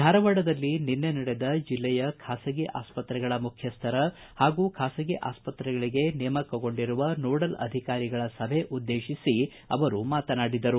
ಧಾರವಾಡದಲ್ಲಿ ನಿನ್ನೆ ನಡೆದ ಬೆಲ್ಲೆಯ ಖಾಸಗಿ ಆಸ್ಪತ್ರೆಗಳ ಮುಖ್ಯಸ್ಥರ ಹಾಗೂ ಖಾಸಗಿ ಆಸ್ಪತ್ರೆಗಳಿಗೆ ನೇಮಕಗೊಂಡಿರುವ ನೋಡೆಲ್ ಅಧಿಕಾರಿಗಳ ಸಭೆ ಉದ್ದೇಶಿಸಿ ಮಾತನಾಡಿದರು